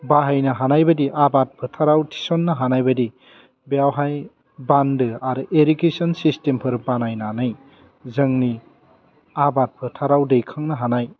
बाहायनो हानाय बायदि आबाद फोथाराव थिसन्नो हानाय बादि बेयावहाय बान्दो आरो एरिगेसन सिस्टेमफोर बानायनानै जोंनि आबाद फोथाराव दैखांनो हानाय